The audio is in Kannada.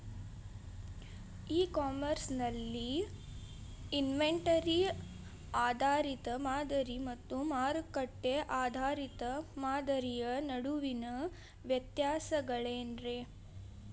ಇ ಕಾಮರ್ಸ್ ನಲ್ಲಿ ಇನ್ವೆಂಟರಿ ಆಧಾರಿತ ಮಾದರಿ ಮತ್ತ ಮಾರುಕಟ್ಟೆ ಆಧಾರಿತ ಮಾದರಿಯ ನಡುವಿನ ವ್ಯತ್ಯಾಸಗಳೇನ ರೇ?